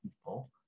people